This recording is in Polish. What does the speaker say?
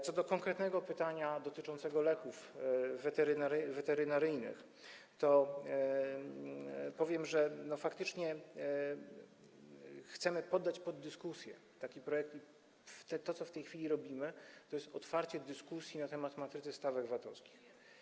Co do konkretnego pytania dotyczącego leków weterynaryjnych, to powiem, że faktycznie chcemy poddać pod dyskusję taki projekt i to, co w tej chwili robimy, to jest otwarcie dyskusji na temat matrycy stawek VAT-owskich.